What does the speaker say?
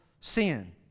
sin